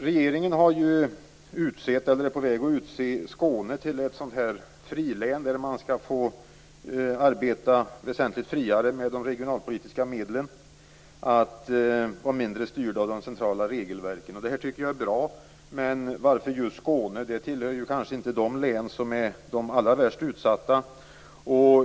Regeringen är på väg att utse Skåne till ett frilän där man skall få arbeta väsentligt friare med de regionalpolitiska medlen och där man skall vara mindre styrd av de centrala regelverken. Det är bra, men varför just Skåne? Skåne hör kanske inte till de län som är de allra värst utsatta.